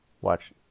watch